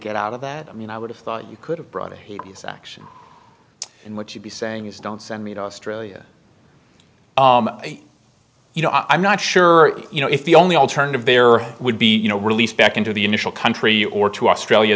get out of that i mean i would have thought you could have brought a hideous action in what you'd be saying is don't send me to australia you know i'm not sure you know if the only alternative there would be you know released back into the initial country or to australia